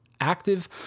Active